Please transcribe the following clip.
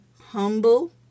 humble